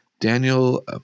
Daniel